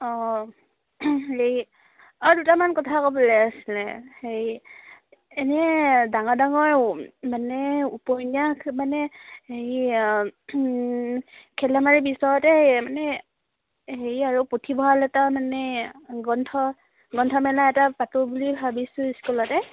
অঁ হেৰি আৰু দুটামান কথা ক'বলৈ আছিলে হেৰি এনেই ডাঙৰ ডাঙৰ মানে উপন্যাস মানে হেৰি খেল ধেমালিৰ পিছতে মানে হেৰি আৰু পুথিভঁৰাল এটাও মানে গ্ৰন্থ গ্ৰন্থ মেলা এটা পাতোঁ বুলি ভাবিছোঁ স্কুলতে